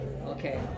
okay